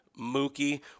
Mookie